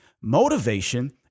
Motivation